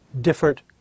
different